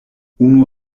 unu